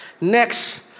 next